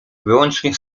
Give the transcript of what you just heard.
wyłącznie